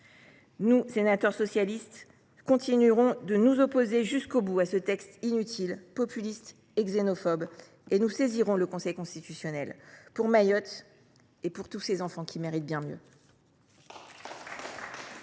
Nous, sénateurs socialistes, continuerons de nous opposer jusqu’au bout à ce texte inutile, populiste et xénophobe. Nous saisirons le Conseil constitutionnel pour Mayotte et pour tous ces enfants qui méritent bien mieux